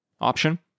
option